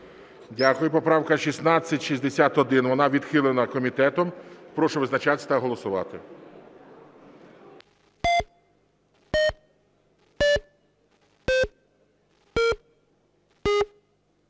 Дякую. Поправка 1661. Вона відхилена комітетом. Прошу визначатися та голосувати.